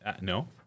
No